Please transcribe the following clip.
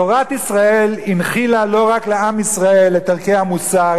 תורת ישראל הנחילה לא רק לעם ישראל את ערכי המוסר,